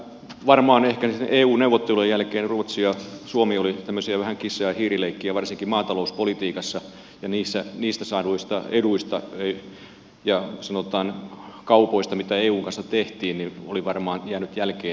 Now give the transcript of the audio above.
ehkä niiden eu neuvottelujen jälkeen ruotsi ja suomi olivat vähän tämmöistä kissa ja hiiri leikkiä varsinkin maatalouspolitiikassa ja niistä saaduista eduista ja sanotaan kaupoista mitä eun kanssa tehtiin oli varmaan jäänyt jälkeen tämmöinen